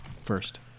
first